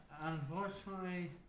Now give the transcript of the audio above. Unfortunately